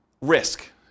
risk